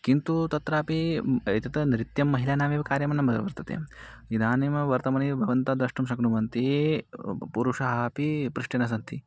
किन्तु तत्रापि एतत् नृत्यं महिलानामेव कार्यं न वर्तते इदानीं वर्तमाने भवन्तः द्रष्टुं शक्नुवन्ति पुरुषाः अपि पृष्ठे न सन्ति